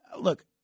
Look